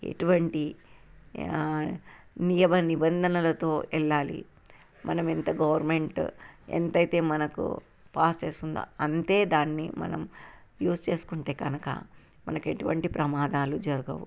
ఇటువంటి నియమ నిబంధనలతో వెళ్ళాలి మనము ఎంత గవర్నమెంట్ ఎంతైతే మనకు పాస్ చేస్తుందా అంతే దాన్ని మనం యూస్ చేసుకుంటే కనుక మనకి ఎటువంటి ప్రమాదాలు జరగవు